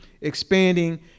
expanding